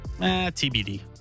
TBD